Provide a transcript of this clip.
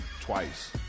Twice